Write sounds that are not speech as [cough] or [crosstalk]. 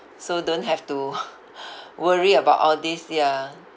so don't have to [laughs] worry about all these ya